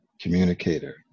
communicator